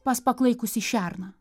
pas paklaikusį šerną